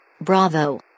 Bravo